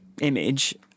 image